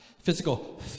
Physical